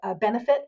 benefit